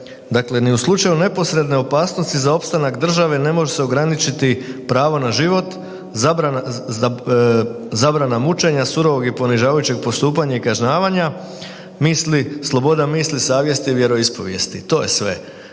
Dakle ni u slučaju neposredne opasnosti za opstanak države ne može se ograničiti pravo na život, zabrana mučenja, surovog i ponižavajućeg postupanja i kažnjavanja, misli, sloboda misli, savjesti i vjeroispovijesti. To je sve.